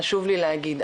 חשוב לי להגיד,